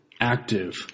active